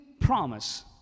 promise